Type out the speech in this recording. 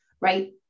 right